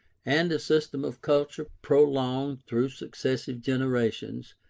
and a system of culture prolonged through successive generations,